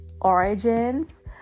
origins